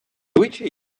зазвичай